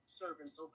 servants